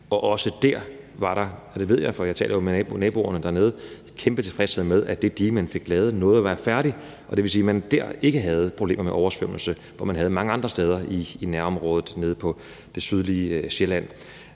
og også der var der – det ved jeg, for jeg taler jo med naboerne dernede – kæmpe tilfredshed med, at det dige, man fik lavet, nåede at være færdigt. Det vil sige, at man ikke der havde problemer med oversvømmelse, som man havde det mange andre steder i nærområdet nede på det sydlige Sjælland.